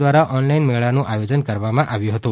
દ્વારા ઓનલાઇન મેળા નું આયોજન કરવામાં આવ્યું હતું